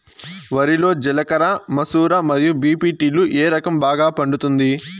వరి లో జిలకర మసూర మరియు బీ.పీ.టీ లు ఏ రకం బాగా పండుతుంది